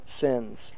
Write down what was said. sins